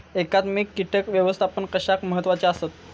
एकात्मिक कीटक व्यवस्थापन कशाक महत्वाचे आसत?